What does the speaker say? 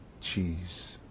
cheese